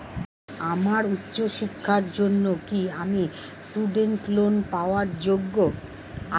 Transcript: আমার উচ্চ শিক্ষার জন্য কি আমি স্টুডেন্ট লোন পাওয়ার যোগ্য?